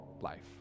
life